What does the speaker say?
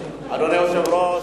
אדוני היושב-ראש,